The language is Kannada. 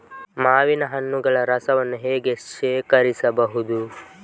ಮಾವಿನ ಹಣ್ಣುಗಳ ರಸವನ್ನು ಹೇಗೆ ಶೇಖರಿಸಬಹುದು?